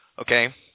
okay